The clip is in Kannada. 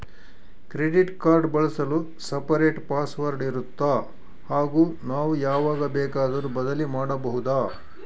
ಕ್ರೆಡಿಟ್ ಕಾರ್ಡ್ ಬಳಸಲು ಸಪರೇಟ್ ಪಾಸ್ ವರ್ಡ್ ಇರುತ್ತಾ ಹಾಗೂ ನಾವು ಯಾವಾಗ ಬೇಕಾದರೂ ಬದಲಿ ಮಾಡಬಹುದಾ?